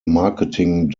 marketing